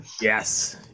Yes